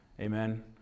Amen